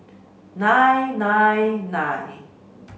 nine nine nine